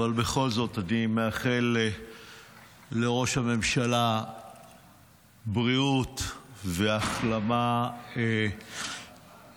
אבל בכל זאת אני מאחל לראש הממשלה בריאות והחלמה מהירה.